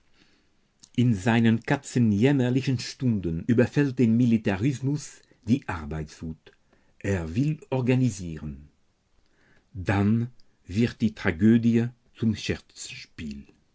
in seinen katzenjämmerlichen stunden überfällt den militarismus die arbeitswut er will organisieren dann wird die tragödie zum